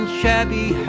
shabby